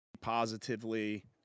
positively